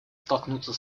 столкнуться